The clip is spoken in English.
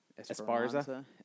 Esparza